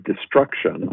destruction